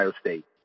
State